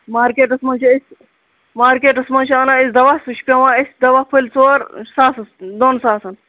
markets منٛز چھِ أسۍ مارکیٚٹس منٛز چھِ انان أسۍ دوا سُہ چھُ پیٚوان اسہِ دوا پھٔلۍ زٕ ژوٗر ساسس دۅن ساسن